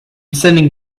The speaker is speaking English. sending